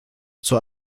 zur